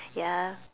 ya